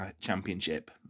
Championship